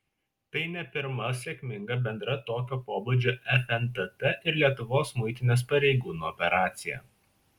tai ne pirma sėkminga bendra tokio pobūdžio fntt ir lietuvos muitinės pareigūnų operacija